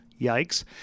Yikes